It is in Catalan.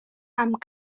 amb